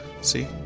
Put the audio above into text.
see